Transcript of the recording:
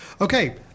Okay